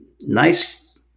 nice